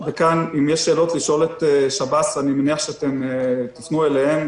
כאן אם יש שאלות לשאול את שב"ס אני מניח שאתם תפנו אליהם,